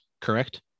Correct